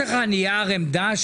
הכנת נייר עמדה?